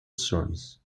stories